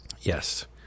Yes